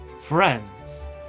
Friends